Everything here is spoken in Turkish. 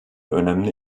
önemli